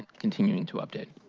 continuing to update.